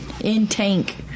in-tank